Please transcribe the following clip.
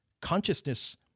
Consciousness